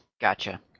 gotcha